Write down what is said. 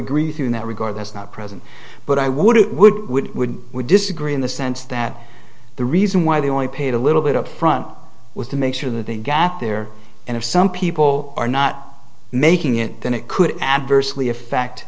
agree with you in that regard that's not present but i would it would would would would disagree in the sense that the reason why they only paid a little bit up front was to make sure that the gap there and if some people are not making it then it could adversely effect